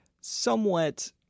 somewhat